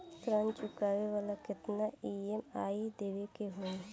ऋण चुकावेला केतना ई.एम.आई देवेके होई?